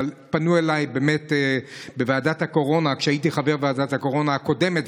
פנו אליי בוועדת הקורונה גם כשהייתי חבר ועדת הקורונה הקודמת,